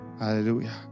Hallelujah